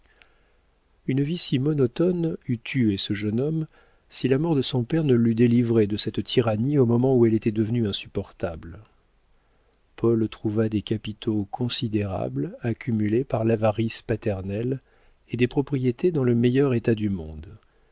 une vie si monotone eût tué ce jeune homme si la mort de son père ne l'eût délivré de cette tyrannie au moment où elle était devenue insupportable paul trouva des capitaux considérables accumulés par l'avarice paternelle et des propriétés dans le meilleur état du monde